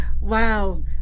Wow